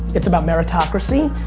it's about meritocracy.